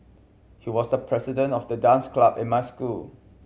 he was the president of the dance club in my school